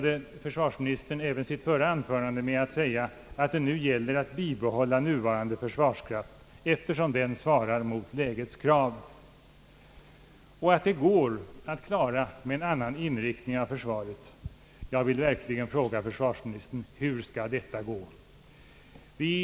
Försvarsministern slutade även sitt förra anförande med att säga att det gäller att bibehålla nuvarande försvarskraft eftersom den svarar mot lägets krav och att den uppgiften kan klaras om man bara ger en annan inriktning åt försvaret. Jag vill verkligen fråga försvarsministern: Hur skall detta gå till?